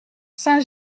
saint